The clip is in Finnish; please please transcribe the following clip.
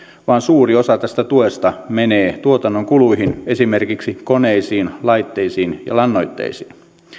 vaan suuri osa tästä tuesta menee tuotannon kuluihin esimerkiksi koneisiin laitteisiin ja lannoitteisiin